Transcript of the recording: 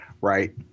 Right